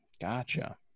Gotcha